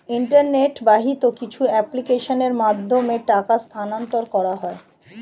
internet বাহিত কিছু অ্যাপ্লিকেশনের মাধ্যমে টাকা স্থানান্তর করা হয়